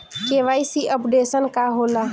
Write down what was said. KYC updation का होला?